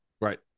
Right